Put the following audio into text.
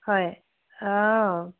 হয় অ